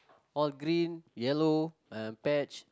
all green yellow and patch